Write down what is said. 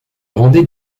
rendait